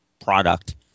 product